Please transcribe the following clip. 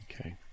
Okay